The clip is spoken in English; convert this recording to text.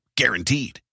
Guaranteed